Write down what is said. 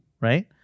right